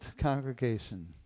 congregation